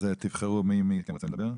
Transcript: אז תבחרו מי מכם רוצה לדבר.